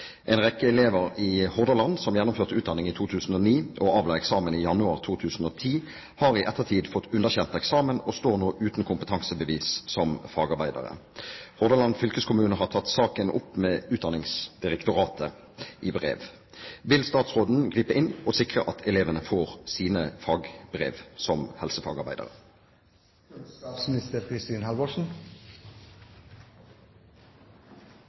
En rekke elever i Hordaland som gjennomførte utdanning i 2009 og avla eksamen i januar 2010, har i ettertid fått underkjent eksamen og står nå uten kompetansebevis som fagarbeidere. Hordaland fylkeskommune har tatt saken opp med Utdanningsdirektoratet. Vil statsråden gripe inn og sikre at elevene får sine fagbrev?»